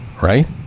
right